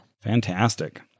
Fantastic